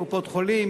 קופות-חולים,